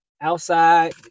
outside